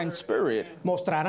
spirit